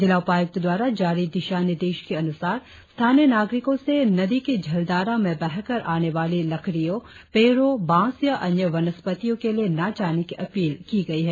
जिला उपायुक्त द्वारा जारी दिशा निर्देश के अनुसार स्थानीय नागरिकों से नदी की जलधारा में बहकर आने वाली लकड़ियों पेड़ों बांस या अन्य वनस्पतियों के लिए न जाने की अपील की गई है